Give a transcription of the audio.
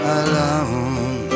alone